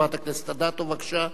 חברת הכנסת אדטו, בבקשה.